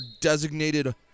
designated